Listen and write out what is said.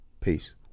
Peace